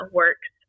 works